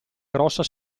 grossa